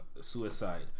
suicide